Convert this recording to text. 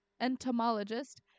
entomologist